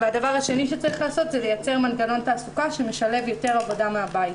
והדבר השני שצריך לעשות זה לייצר מנגנון תעסוקה שמשלב יותר עבודה מהבית.